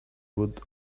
good